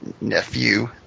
nephew